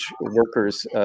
workers